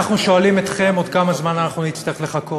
אנחנו שואלים אתכם: עוד כמה זמן אנחנו נצטרך לחכות?